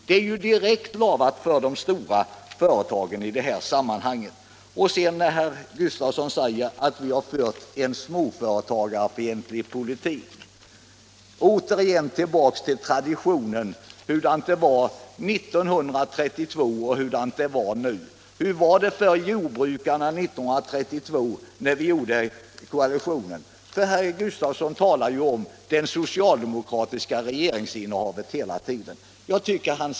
Det är ju direkt lagt för de stora företagen. Herr Gustafsson säger att vi socialdemokrater har fört en småföretagsfientlig politik, och han går återigen tillbaka till traditionen och talar om hur det var 1932 och hur det är nu. Hur var det för jordbrukarna 1932? Herr Gustafsson talar ju om det socialdemokratiska regeringsinnehavet hela tiden.